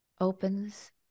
opens